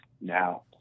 now